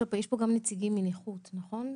יש פה גם נציגים מאגף נכות, נכון?